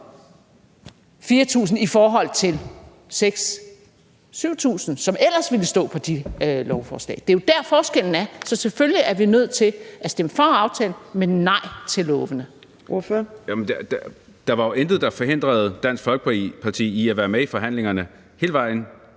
4.000 i forhold til 6.000-7.000, som ellers ville stå på de lovforslag. Det er jo der, forskellen er. Så selvfølgelig er vi nødt til at stemme for aftalen, men nej til lovene. Kl. 14:18 Fjerde næstformand (Trine Torp): Ordføreren. Kl. 14:18